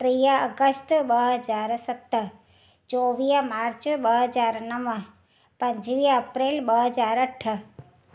टीह अगस्त ॿ हज़ार सत चोवीह मार्च ॿ हज़ार नव पंजवीह अप्रैल ॿ हज़ार अठ